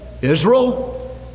Israel